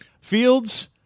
Fields